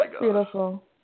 beautiful